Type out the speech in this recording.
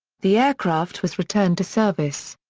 the aircraft was returned to service.